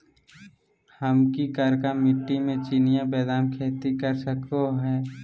हम की करका मिट्टी में चिनिया बेदाम के खेती कर सको है?